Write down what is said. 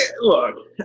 look